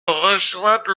rejoindre